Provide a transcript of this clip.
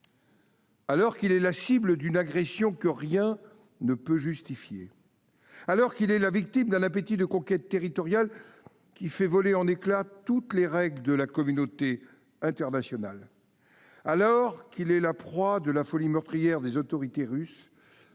Alors qu'il est la cible d'une agression que rien ne peut justifier, alors qu'il est la victime d'un appétit de conquête territoriale qui fait voler en éclat toutes les règles de la communauté internationale, alors qu'il est la proie de la folie meurtrière des autorités russes,